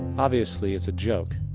obviously it's a joke.